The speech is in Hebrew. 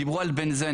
דיברו על בנזן,